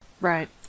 Right